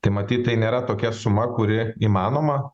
tai matyt tai nėra tokia suma kuri įmanoma